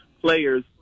players